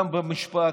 גם במשפט,